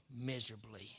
miserably